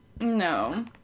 No